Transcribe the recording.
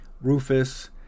Rufus